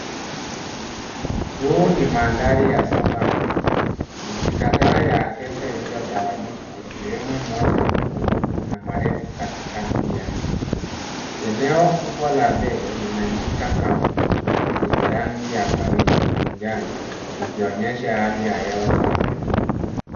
Huu ni mandhari ya savanna, miti kadhaa ya acacia iliyotawanyika ikiwemo moja mkubwa na marefu katikati yao, eneo kubwa ya mbele inanyika kavu yenye rangi ya kahawia njano ikionyesha hali ya hewa kavu.